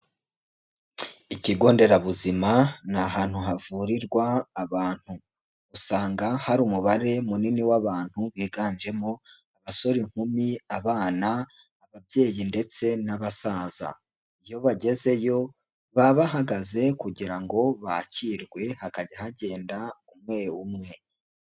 Ikigo nderabuzima ni ahantu havurirwa abantu. Usanga hari umubare munini w'abantu biganjemo abasore, inkumi, abana, ababyeyi, ndetse n'abasaza. Iyo bagezeyo, baba bahagaze kugira ngo bakirwe hakajya hagenda umwe umwe.